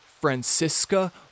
Francisca